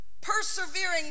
persevering